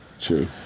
True